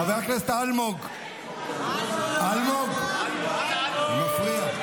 חבר הכנסת אלמוג, אתה מפריע.